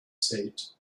seat